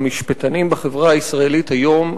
המשפטנים בחברה הישראלית היום,